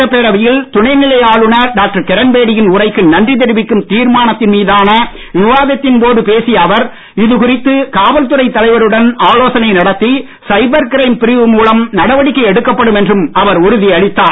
சட்டப்பேரவையில் துணைநிலை ஆளுநர் டாக்டர் கிரண்பேடியின் உரைக்கு நன்றி தெரிவிக்கும் தீர்மானத்தின் மீதான விவாதத்தின் போது பேசிய அவர் இது குறித்து காவல்துறை தலைவருடன் ஆலோசனை நடத்தி சைபர் கிரைம் பிரிவு மூலம் நடவடிக்கை எடுக்கப்படும் என்றும் அவர் உறுதியளித்தார்